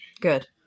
Good